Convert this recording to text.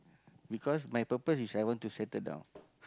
because my purpose is I want to settle down